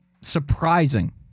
surprising